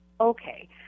okay